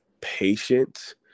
patient